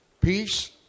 Peace